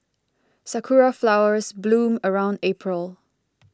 sakura flowers bloom around April